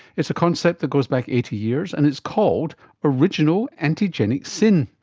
it's a concept that goes back eighty years, and it's called original antigenic sin.